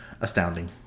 astounding